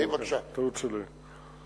זו טעות שלי.